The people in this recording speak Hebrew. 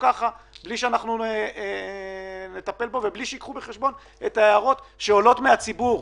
ככה בלי שנטפל בו ובלי שתילקחנה בחשבון ההערות שעולות מהציבור.